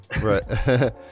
Right